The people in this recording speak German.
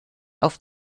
auf